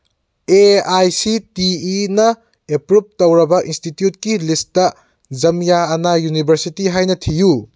A I C T ꯏꯅ approve ꯇꯧꯔꯕ ꯏꯟꯁꯇꯤꯇ꯭ꯌꯨꯠꯀꯤ ꯂꯤꯁꯇ ꯖꯃꯤꯌꯥ ꯑꯅꯥ ꯌꯨꯅꯤꯚꯔꯁꯤꯇꯤ ꯍꯥꯏꯅ ꯊꯤꯌꯨ